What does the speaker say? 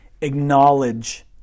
acknowledge